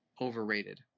overrated